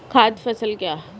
खाद्य फसल क्या है?